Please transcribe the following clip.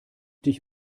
dich